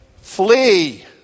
Flee